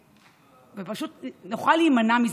ופשוט נוכל להימנע מזה.